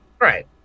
Right